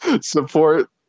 support